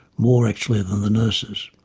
more actually than the nurses.